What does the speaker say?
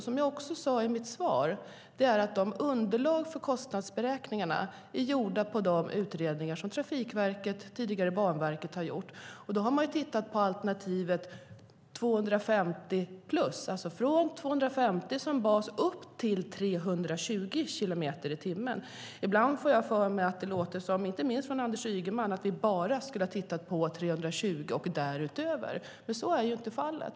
Som jag nämnde i mitt första inlägg är underlagen för kostnadsberäkningarna baserade på de utredningar som Trafikverket, tidigare Banverket, har gjort. Där har man tittat på alternativen 250-plus, alltså från 250 som bas och upp till 320 kilometer i timmen. Ibland låter det, inte minst från Anders Ygeman, som om vi bara skulle ha tittat på 320 och därutöver. Så är inte fallet.